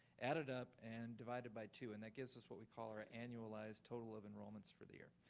added up and divided by two, and that gives us what we call our ah annualized total of enrollments for the year.